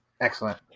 Excellent